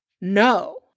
No